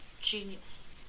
genius